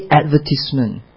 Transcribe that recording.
advertisement